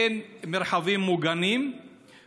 אין מרחבים מוגנים,